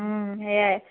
সেয়া